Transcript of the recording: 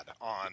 on